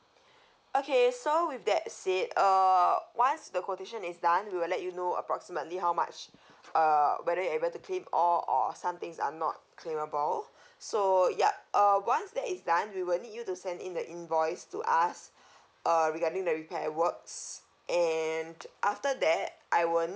okay so with that said uh once the quotation is done we will let you know approximately how much uh whether you are able to claim all or some things are not claimable so yup uh once that is done we will need you to send in the invoice to us uh regarding the repair works and after that I will